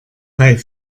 bei